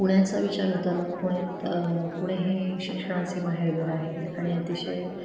पुण्याचा विचार होताना पुण्यात पुणे हे शिक्षणाचे माहेरघर आहे आणि अतिशय